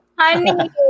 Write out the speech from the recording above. Honey